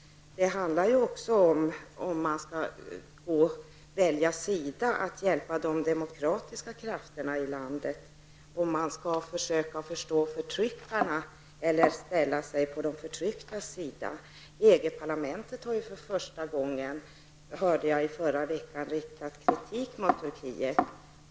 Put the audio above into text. Det gäller ju också att välja sida och hjälpa de demokratiska krafterna i landet. Skall man försöka förstå förtryckarna eller skall man ställa sig på de förtrycktas sida? I förra veckan hörde jag att EG parlamentet för första gången riktat kritik mot Turkiet.